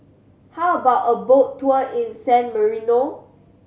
how about a boat tour in San Marino